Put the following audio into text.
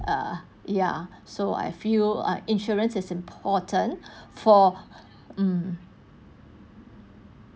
err ya so I feel ah insurance is important for mm